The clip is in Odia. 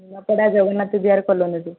ନିମାପଡ଼ା ଜଗନ୍ନାଥ ବିହାର କଲୋନୀରୁ